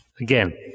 Again